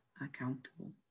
accountable